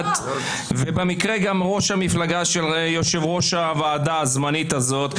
ובמקרה גם ראש המפלגה של יושב-ראש הוועדה הזמנית הזאת,